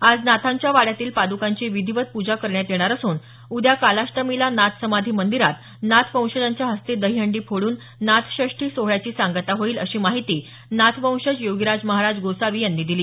आज नाथांच्या वाड्यातील पाद्कांची विधिवत पूजा करण्यात येणार असून उद्या कालाष्टमीला नाथ समाधी मंदिरात नाथ वंशजाच्या हस्ते दही हंडी फोडून नाथषष्ठी सोहळ्याची सांगता होईल अशी माहिती नाथवंशज योगीराज महाराज गोसावी यांनी दिली